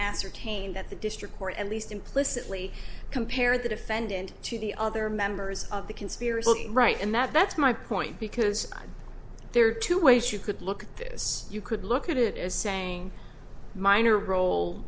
ascertain that the district court at least implicitly compare the defendant to the other members of the conspiracy right and that's my point because there are two ways you could look at this you could look at it as saying minor rol